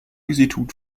institut